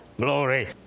glory